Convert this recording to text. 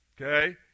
Okay